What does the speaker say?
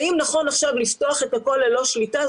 האם נכון עכשיו לפתוח את הכול ללא שליטה?